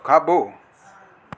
खाॿो